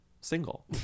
Single